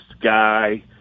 guy